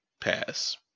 pass